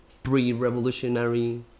pre-revolutionary